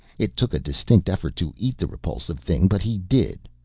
it took a distinct effort to eat the repulsive thing but he did.